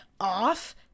off